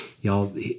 Y'all